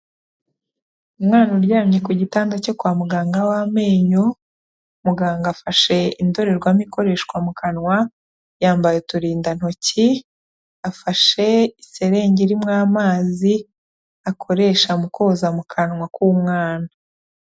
Umwana uryamye ku gitanda cyo kwa muganga w'amenyo, muganga afashe indorerwamo ikoreshwa mu kanwa, yambaye uturindantoki, afashe iserenge irimo amazi akoresha mu koza mu kanwa k'umwana.